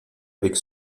avec